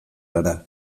gara